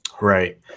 Right